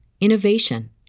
innovation